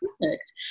perfect